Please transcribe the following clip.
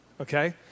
Okay